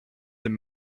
than